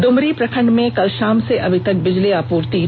ड्मरी प्रखंड में कल शाम से अभी तक बिजली आपूर्ति ठप है